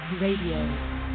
Radio